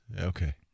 okay